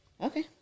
Okay